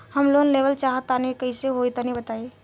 हम लोन लेवल चाहऽ तनि कइसे होई तनि बताई?